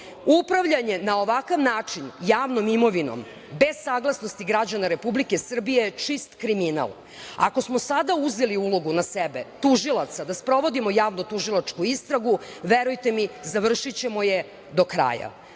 profita. Upravljanje na ovakav način javnom imovinom, bez saglasnosti građana Republike Srbije, čist je kriminal. Ako smo sada uzeli ulogu na sebe tužilaca, da sprovodimo javno tužilačku istragu, verujte mi, završićemo je do kraja,